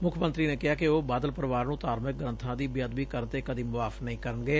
ਮੁੱਖ ਮੰਤਰੀ ਨੇ ਕਿਹਾ ਕਿ ਉਹ ਬਾਦਲ ਪਰਿਵਾਰ ਨੁੰ ਧਾਰਮਿਕ ਗ੍ਰੰਬਾਂ ਦੀ ਬੇਅਦਬੀ ਕਰਨ ਤੇ ਕਦੀ ਮੁਆਫ ਨਹੀਂ ਕਰਨਗੇ